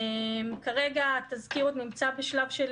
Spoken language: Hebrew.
כרגע התזכיר נמצא עוד בשלב של